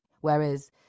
whereas